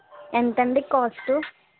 ఎంతండి కాస్టు